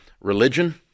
religion